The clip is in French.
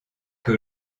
que